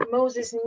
Moses